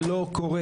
זה לא קורה.